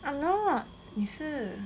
I'm not